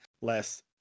less